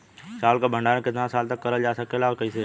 चावल क भण्डारण कितना साल तक करल जा सकेला और कइसे?